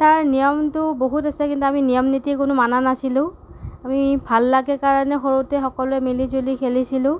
তাৰ নিয়মটো বহুত আছে কিন্তু আমি নিয়ম নীতি কোনো মনা নাছিলোঁ আমি ভাল লাগে কাৰণে সৰুতে সকলোৱে মিলি জুলি খেলিছিলোঁ